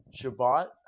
Shabbat